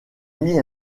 mis